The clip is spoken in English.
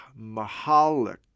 Mahalik